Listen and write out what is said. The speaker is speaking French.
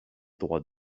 droits